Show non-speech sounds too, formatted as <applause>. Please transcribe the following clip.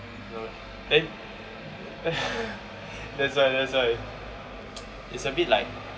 no then <laughs> that's why that's why <noise> it's a bit like